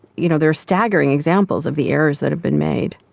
you know there are staggering examples of the errors that have been made.